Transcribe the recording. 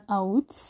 out